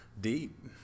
Deep